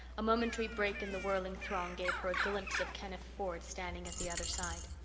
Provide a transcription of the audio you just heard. a momentary break in the whirling throng gave her a glimpse of kenneth ford standing at the other side.